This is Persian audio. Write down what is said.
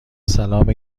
سلام